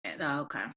Okay